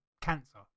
cancer